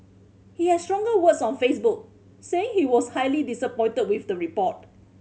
he had stronger words on Facebook saying he was highly disappointed with the report